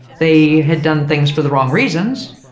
they had done things for the wrong reasons.